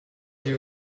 you